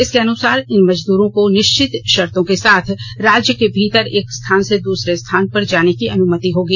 इसके अनुसार इन मजदूरों को निश्चित शर्तों के साथ राज्य के भीतर एक स्थान से दूसरे स्थान पर जाने की अनुमति होगी